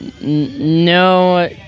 no